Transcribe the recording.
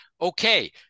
okay